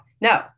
No